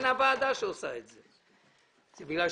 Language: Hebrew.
אם יש